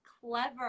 clever